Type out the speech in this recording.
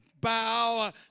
bow